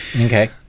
Okay